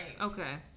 Okay